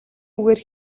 үгээр